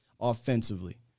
offensively